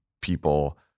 people